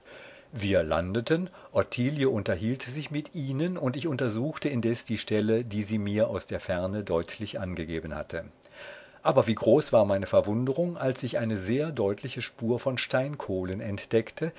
wir landeten ottilie unterhielt sich mit ihnen und ich untersuchte indes die stelle die sie mir aus der ferne deutlich angegeben hatte aber wie groß war meine verwunderung als ich eine sehr deutliche spur von steinkohlen entdeckte